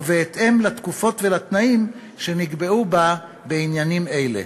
ובהתאם לתקופות ולתנאים שנקבעו בה בעניינים אלה.